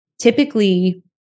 typically